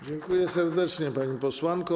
Dziękuję serdecznie, pani posłanko.